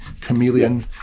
chameleon